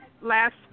last